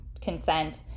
consent